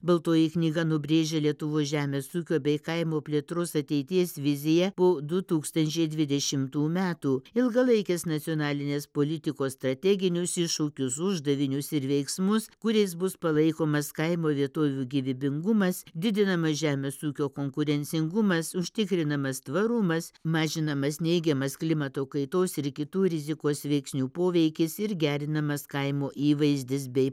baltoji knyga nubrėžė lietuvos žemės ūkio bei kaimo plėtros ateities viziją po du tūkstančiai dvidešimtų metų ilgalaikės nacionalinės politikos strateginius iššūkius uždavinius ir veiksmus kuriais bus palaikomas kaimo vietovių gyvybingumas didinamas žemės ūkio konkurencingumas užtikrinamas tvarumas mažinamas neigiamas klimato kaitos ir kitų rizikos veiksnių poveikis ir gerinamas kaimo įvaizdis bei